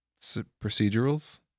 procedurals